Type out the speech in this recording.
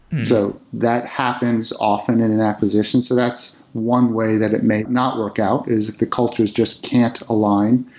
so that happens often in an acquisition. so that's one way that it may not work out, is if the cultures just can't align.